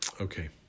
Okay